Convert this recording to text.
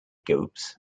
groups